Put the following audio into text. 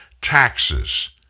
taxes